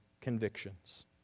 convictions